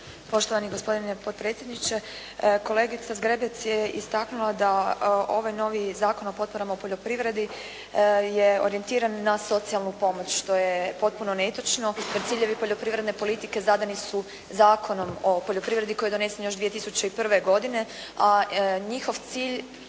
Poštovani gospodine potpredsjedniče. Kolegica Zgrebec je istaknula da ovaj novi Zakon o potporama u poljoprivredi je orijentiran na socijalnu pomoć što je potpuno netočno kad ciljevi poljoprivredne politike zadani su Zakonom o poljoprivredi koji je donesen još 2001. godine, a njihov cilj